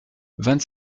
vingt